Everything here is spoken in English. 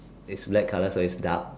it's black colour so it's dark